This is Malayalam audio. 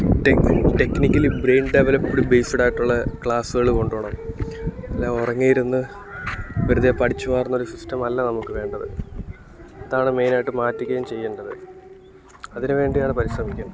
ടെക് ടെക്നിക്കലീ ബ്രയിൻ ഡെവലപ്പ്ഡ് ബേസ്ഡായിട്ടുള്ളേ ക്ലാസുകള് കൊണ്ടുപോകണം പിന്നെ ഉറങ്ങി ഇരുന്നു വെറുതേ പഠിച്ചുവളർന്നൊരു സിസ്റ്റമല്ല നമുക്ക് വേണ്ടത് ഇതാണ് മെയിനായിട്ടും മാറ്റുകയും ചെയ്യണ്ടത് അതിന് വേണ്ടിയാണ് പരിശ്രമിക്കേണ്ടത്